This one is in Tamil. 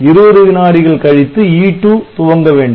20 வினாடிகள் கழித்து E2 துவங்க வேண்டும்